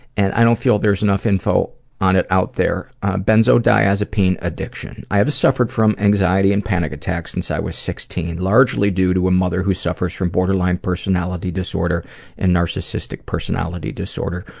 and i don't feel there's enough info on it out there benzodiazepine addiction. i have suffered from anxiety and panic attacks since i was sixteen, largely due to a mother who suffers from borderline personality disorder and narcissistic personality disorder,